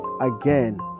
again